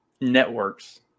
networks